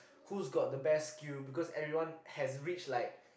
whose got the best skill because everyone has reach like